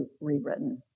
rewritten